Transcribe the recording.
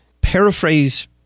paraphrase